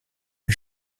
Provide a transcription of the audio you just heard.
est